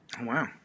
Wow